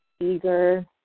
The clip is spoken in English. eager